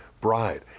bride